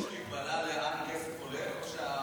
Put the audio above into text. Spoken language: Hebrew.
אבל יש מגבלה לאן הכסף הולך או שהרשות,